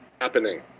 happening